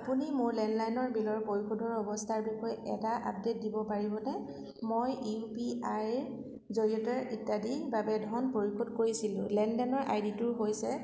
আপুনি মোৰ লেণ্ডলাইনৰ বিলৰ পৰিশোধৰ অৱস্থাৰ বিষয়ে এটা আপডেট দিব পাৰিবনে মই ইউ পি আইৰ জৰিয়তে ইত্যাদিৰ বাবে ধন পৰিশোধ কৰিছিলোঁ লেনদেনৰ আই ডিটো হৈছে